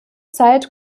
zeit